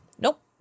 Nope